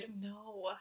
No